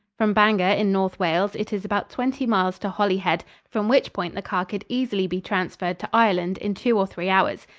from bangor in north wales it is about twenty miles to holyhead, from which point the car could easily be transferred to ireland in two or three hours.